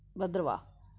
Bhaderwah